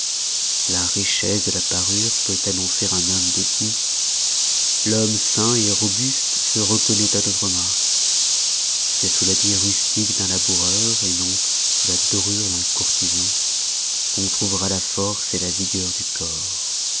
la richesse de la parure peut annoncer un homme opulent son élégance un homme de goût l'homme sain robuste se reconnoît à d'autres marques c'est sous l'habit rustique d'un laboureur non sous la dorure d'un courtisan qu'on trouvera la force la vigueur du corps